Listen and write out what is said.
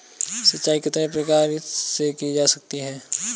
सिंचाई कितने प्रकार से की जा सकती है?